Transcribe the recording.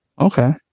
Okay